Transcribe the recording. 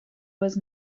was